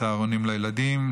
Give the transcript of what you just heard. צהרונים לילדים,